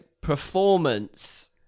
Performance